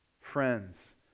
friends